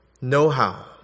know-how